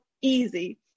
easy